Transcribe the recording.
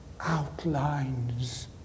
outlines